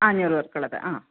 അഞ്ഞൂറ് പേർക്കുള്ളത് ആ